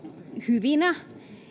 hyvinä